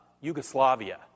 Yugoslavia